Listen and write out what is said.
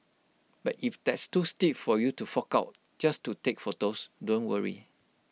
but if that's too stiff for you to fork out just to take photos don't worry